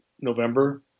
November